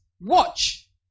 Watch